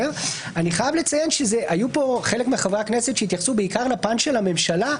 אני חייב לציין שהיו פה חלק מחברי הכנסת שהתייחסו בעיקר לפן של הממשלה.